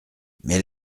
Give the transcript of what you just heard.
mets